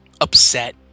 upset